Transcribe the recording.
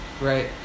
right